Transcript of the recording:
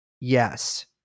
Yes